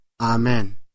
Amen